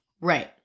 Right